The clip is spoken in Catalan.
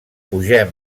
pugem